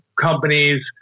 companies